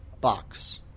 box